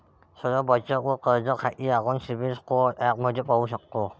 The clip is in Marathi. सर्व बचत आणि कर्ज खाती आपण सिबिल स्कोअर ॲपमध्ये पाहू शकतो